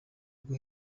rwo